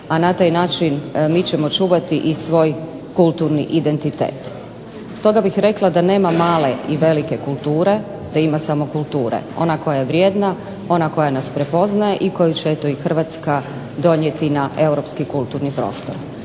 a na taj način mi ćemo čuvati i svoj kulturni identitet. Stoga bih rekla da nema male i velike kulture, da ima samo kulture, ona koja je vrijedna, ona koja nas prepoznaje i koju će eto i Hrvatska donijeti na europski kulturni prostor.